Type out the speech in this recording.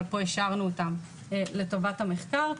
פה השארנו אותם לטובת המחקר,